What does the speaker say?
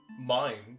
mind